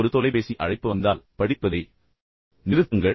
ஒரு தொலைபேசி அழைப்பு வந்தால் படிப்பதை நிறுத்துங்கள்